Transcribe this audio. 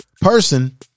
person